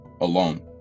alone